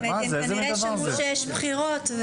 הם כנראה שמעו שיש בחירות.